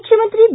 ಮುಖ್ಯಮಂತ್ರಿ ಬಿ